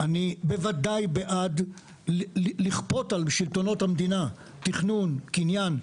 אני בוודאי בעד לכפות על שלטונות המדינה תכנון קניין,